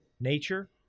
nature